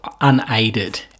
unaided